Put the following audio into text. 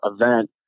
event